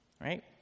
right